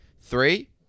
Three